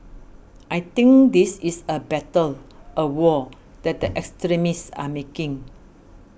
I think this is a battle a war that the extremists are making